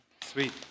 Sweet